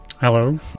Hello